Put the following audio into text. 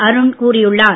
அருண் கூறியுள்ளார்